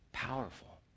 powerful